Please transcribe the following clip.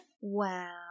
Wow